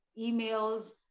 emails